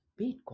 Bitcoin